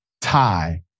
tie